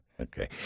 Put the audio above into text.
Okay